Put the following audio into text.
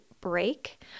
break